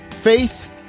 Faith